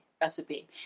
recipe